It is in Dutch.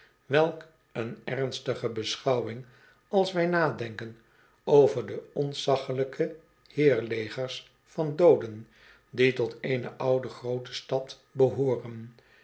welk een ernstige beschouwing als wij nadenken over de ontzaglijke heirlegers van dooden die tot eene oude groote stad behooren